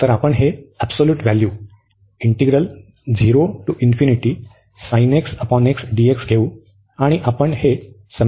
तर आपण हे एबसोल्यूट व्हॅल्यू घेऊ